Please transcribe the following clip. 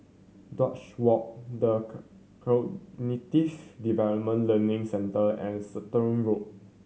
Duchess Walk The Cognitive Development Learning Centre and Road